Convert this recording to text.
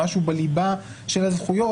היא משהו בליבה של הזכויות,